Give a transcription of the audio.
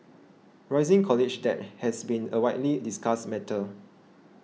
rising college debt has been a widely discussed matter